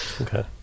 Okay